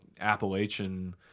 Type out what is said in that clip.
appalachian